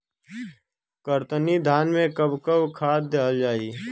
कतरनी धान में कब कब खाद दहल जाई?